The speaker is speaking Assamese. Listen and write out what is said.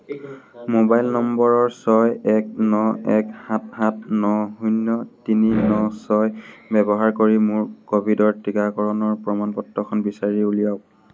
ম'বাইল নম্বৰ ছয় এক ন এক সাত সাত ন শূন্য তিনি ন ছয় ব্যৱহাৰ কৰি মোৰ ক'ভিডৰ টীকাকৰণৰ প্ৰমাণ পত্ৰখন বিচাৰি উলিয়াওক